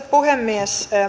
puhemies